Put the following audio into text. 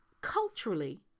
culturally